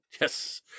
Yes